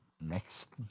next